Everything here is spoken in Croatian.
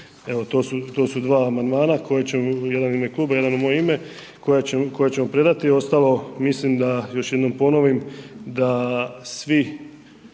To su dva amandmana, jedan u ime kluba, jedan u moje ime koje ćemo predati. Ostalom, mislim da još jednom ponovim da sve